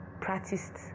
practiced